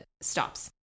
stops